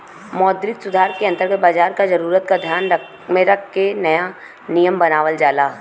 मौद्रिक सुधार के अंतर्गत बाजार क जरूरत क ध्यान में रख के नया नियम बनावल जाला